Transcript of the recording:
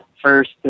first